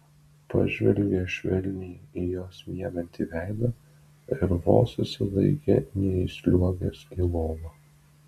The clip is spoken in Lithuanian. pažvelgė švelniai į jos miegantį veidą ir vos susilaikė neįsliuogęs į lovą